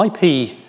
IP